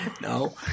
No